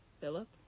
Philip